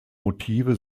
motive